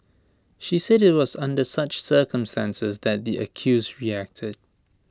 she said IT was under such circumstances that the accused reacted